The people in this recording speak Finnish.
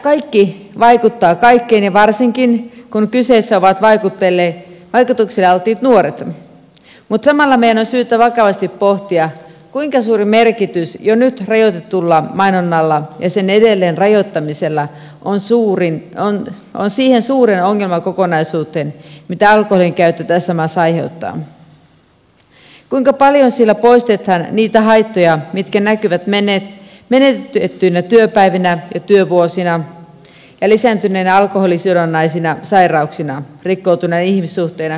kaikki vaikuttaa kaikkeen ja varsinkin kun kyseessä ovat vaikutuksille alttiit nuoret mutta samalla meidän on syytä vakavasti pohtia kuinka suuri merkitys jo nyt rajoitetulla mainonnalla ja sen edelleen rajoittamisella on siihen suureen ongelmakokonaisuuteen mitä alkoholinkäyttö tässä maassa aiheuttaa kuinka paljon sillä poistetaan niitä haittoja jotka näkyvät menetettyinä työpäivinä ja työvuosina ja lisääntyneinä alkoholisidonnaisina sairauksina rikkoutuneina ihmissuhteina koteina ja perheinä